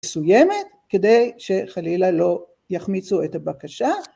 מסוימת כדי שחלילה לא יחמיצו את הבקשה...